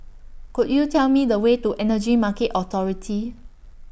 Could YOU Tell Me The Way to Energy Market Authority